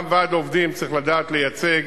גם ועד עובדים צריך לדעת לייצג